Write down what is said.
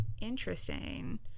interesting